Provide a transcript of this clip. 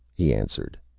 he answered.